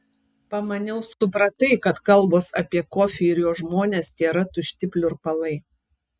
pamaniau supratai kad kalbos apie kofį ir jo žmones tėra tušti pliurpalai